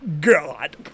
god